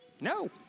no